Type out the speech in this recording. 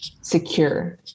secure